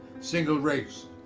single race,